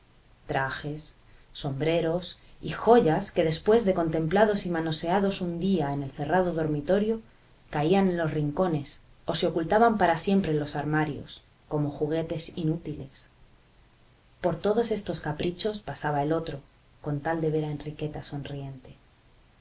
trajes sombreros y joyas que después de contemplados y manoseados un día en el cerrado dormitorio caían en los rincones o se ocultaban para siempre en los armarios como juguetes inútiles por todos estos caprichos pasaba el otro con tal de ver a enriqueta sonriente